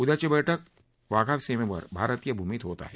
उद्याची बैठक बाघा सीमेवर भारतीय भूमीत होत आहे